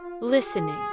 listening